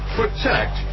protect